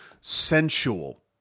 sensual